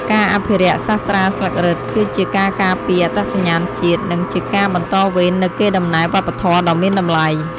ការអភិរក្សសាស្រ្តាស្លឹករឹត គឺជាការការពារអត្តសញ្ញាណជាតិ និងជាការបន្តវេននូវកេរដំណែលវប្បធម៌ដ៏មានតម្លៃ។